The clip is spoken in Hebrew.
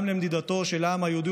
גם לנדידתו של העם היהודי.